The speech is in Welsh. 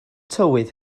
tywydd